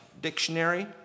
Dictionary